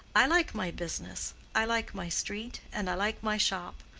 i like my business, i like my street, and i like my shop.